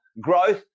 growth